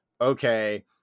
okay